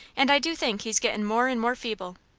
and i do think he's gettin' more and more feeble.